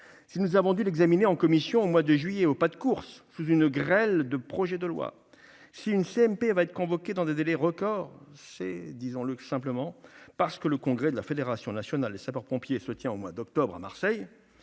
si nous avons dû l'examiner en commission au mois de juillet, au pas de course, sous une grêle de projets de loi, et si une CMP va être convoquée dans des délais record, c'est seulement parce que le congrès de la Fédération nationale des sapeurs-pompiers se tiendra au mois d'octobre à Marseille